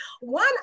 One